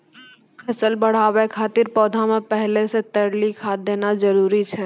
फसल बढ़ाबै खातिर पौधा मे पहिले से तरली खाद देना जरूरी छै?